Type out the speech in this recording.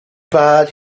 bad